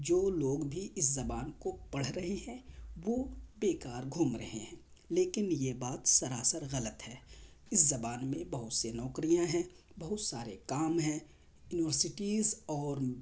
جو لوگ بھی اس زبان کو پڑھ رہے ہیں وہ بے کار گھوم رہے ہیں لیکن یہ بات سراسر غلط ہے اس زبان میں بہت سے نوکریاں ہیں بہت سارے کام ہیں یونیورسٹیز اور